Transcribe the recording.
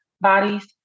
bodies